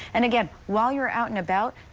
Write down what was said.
and again, we'll you're out and about,